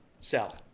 sell